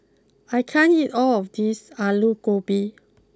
I can't eat all of this Alu Gobi